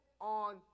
on